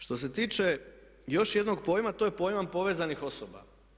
Što se tiče još jednog pojma to je pojam povezanih osoba.